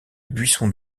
buissons